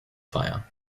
fire